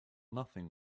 nothing